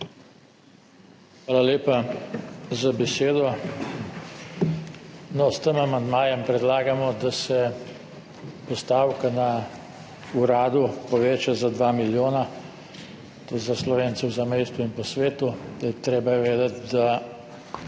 Hvala lepa za besedo. S tem amandmajem predlagamo, da se postavka na uradu poveča za 2 milijona za Slovence v zamejstvu in po svetu. Treba je vedeti, da